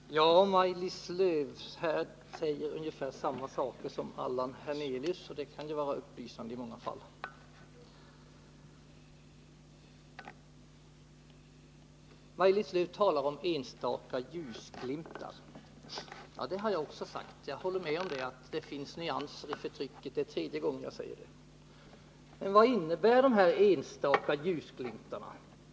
Herr talman! Maj-Lis Lööw säger ungefär samma saker som Allan Hernelius, och det kan vara upplysande i många fall. Maj-Lis Lööw talar om enstaka ljusglimtar. Ja, det har också jag gjort. Jag håller med om att det finns nyanser i förtrycket. Det är tredje gången jag säger detta. Men vad innebär dessa enstaka ljusglimtar?